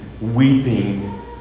weeping